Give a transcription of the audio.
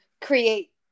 create